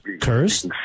cursed